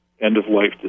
end-of-life